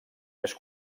més